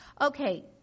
okay